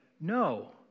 no